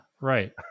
right